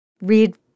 read